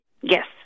Yes